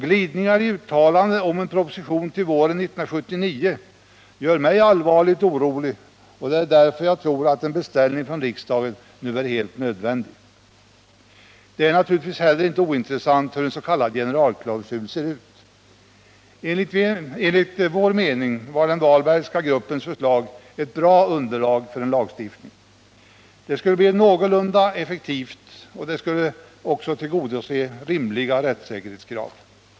Glidningar i uttalanden om en proposition till våren 1979 gör mig allvarligt orolig. Det är därför jag tror att en beställning från riksdagen nu är nödvändig. Det är naturligtvis heller inte ointressant hur en s.k. generalklausul ser ut. Enligt vår mening var den Walbergska gruppens förslag ett bra underlag för en lagstiftning. Den skulle bli någorlunda effektiv och den skulle också tillgodose rimliga rättssäkerhetskrav.